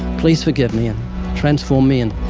please forgive me and transform me and